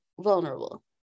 vulnerable